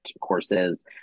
courses